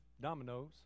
dominoes